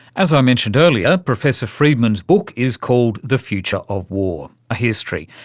as i mentioned earlier, professor freedman's book is called the future of war a history.